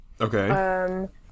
Okay